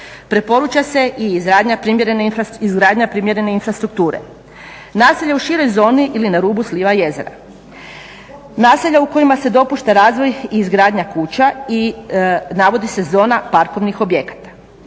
Preporuča se i izgradnja primjerene infrastrukture. Naselje u široj ili na rubu sliva jezera. Naselja u kojima se dopušta razvoj i izgradnja kuća i navodi se zona parkovnih objekata